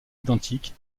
identique